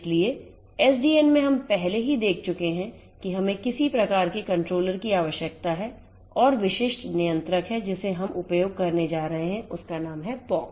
इसलिए SDN में हम पहले ही देख चुके हैं कि हमें किसी प्रकार के controller की आवश्यकता है और विशिष्ट नियंत्रक है जिसे हम उपयोग करने जा रहे हैं उसका नाम है POX